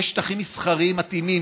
יש שטחים מסחריים מתאימים,